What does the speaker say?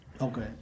Okay